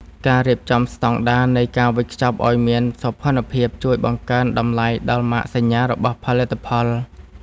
ការរៀបចំស្តង់ដារនៃការវេចខ្ចប់ឱ្យមានសោភ័ណភាពជួយបង្កើនតម្លៃដល់ម៉ាកសញ្ញារបស់ផលិតផល។